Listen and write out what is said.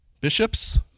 bishops